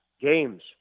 games